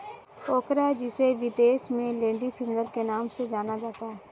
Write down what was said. ओकरा जिसे विदेश में लेडी फिंगर के नाम से जाना जाता है